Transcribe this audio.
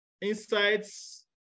Insights